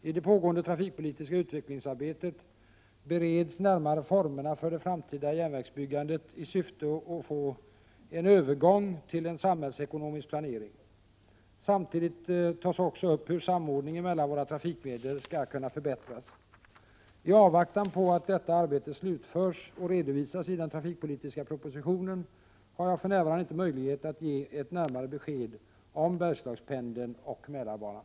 I det pågående trafikpolitiska utvecklingsarbetet bereds närmare formerna för det framtida järnvägsbyggandet i syfte att få en övergång till en samhällsekonomisk planering. Samtidigt tas också upp hur samordningen mellan våra trafikmedel skall kunna förbättras. I avvaktan på att detta arbete slutförs och redovisas i den trafikpolitiska propositionen har jag för närvarande inte möjlighet att ge ett närmare besked om Bergslagspendeln och Mälarbanan.